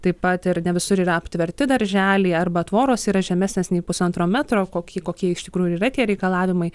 taip pat ir ne visur yra aptverti darželiai arba tvoros yra žemesnės nei pusantro metro kokį kokie iš tikrųjų yra tie reikalavimai